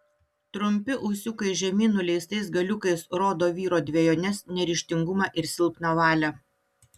trumpi ūsiukai žemyn nuleistais galiukais rodo vyro dvejones neryžtingumą ir silpną valią